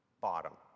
bottom